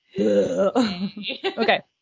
okay